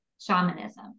shamanism